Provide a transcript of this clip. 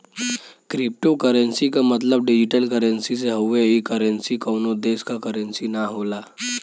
cryptocurrency क मतलब digital currency से हउवे ई करेंसी कउनो देश क करेंसी न होला